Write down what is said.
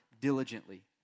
diligently